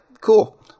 cool